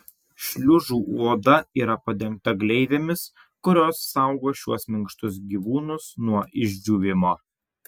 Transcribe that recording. šliužų oda yra padengta gleivėmis kurios saugo šiuos minkštus gyvūnus nuo išdžiūvimo